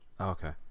Okay